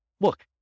look